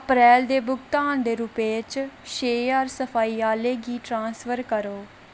अप्रैल दे भुगतान दे रूपै च छे ज्हार सफाई आह्ले गी ट्रांसफर करो